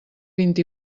vint